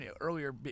earlier